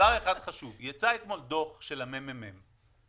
אחד חשוב: יצא אתמול דוח של מרכז המחקר והמידע של הכנסת,